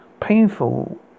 Painful